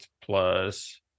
plus